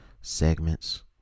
segments